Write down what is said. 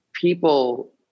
people